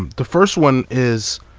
the first one is,